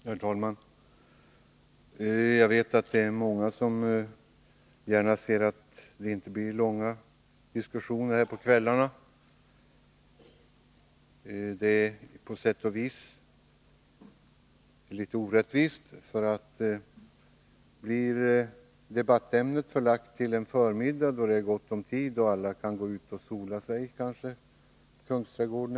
Herr talman! Jag vet att många gärna ser att debatterna här i kammaren inte drar ut långt in på kvällarna. På sätt och vis är det litet orättvist. Om behandlingen av ett ärende förläggs till förmiddagen, får man uttömma sitt hjärtas mening, medan många andra kanske går ut och solar sig i Kungsträdgården.